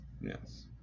Yes